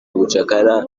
ubucakara